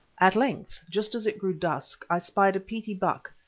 at length, just as it grew dusk, i spied a petie buck,